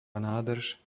nádrž